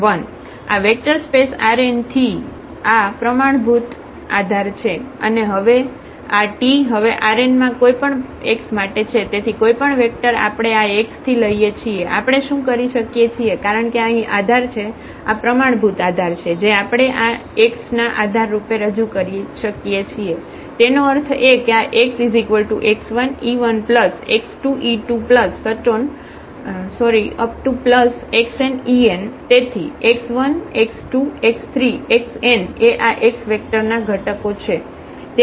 અને આ t હવે Rn માં કોઈ પણ x માટે છે તેથી કોઈપણ વેક્ટર આપણે આ x થી લઇએ છીએ આપણે શું કરી શકીએ છીએ કારણ કે આ અહીં આધાર છે આ પ્રમાણભૂત આધાર છે જે આપણે આ x ના આધાર રૂપે રજૂ કરી શકીએ છીએ તેનો અર્થ એ કે આ xx1e1x2e2xnen તેથી x 1 x 2 x 3 x n એ આ x વેક્ટરના ઘટકો છે